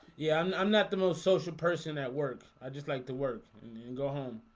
yeah, i'm not the most social person at work i just like to work and go home,